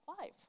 life